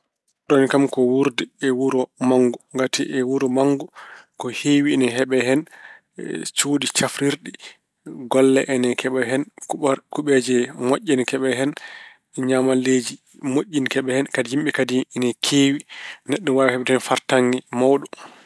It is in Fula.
Ɓurani kam ko wuurde e wuro mawngo. Ngati e wuro mawngo ko heewi ina heɓee hen. Cuuɗi cafrirɗi, golle ine keɓee hen, kuɓ- kubeeje moƴƴe ine keɓee hen, ñaamalleeji moƴƴi ina keɓee hen. Kadi yimɓe kadi ina keewi. Neɗɗo ina waawi heɓde hen fartaŋŋe mawɗo.